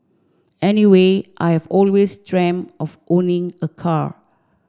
anyway I have always dreamt of owning a car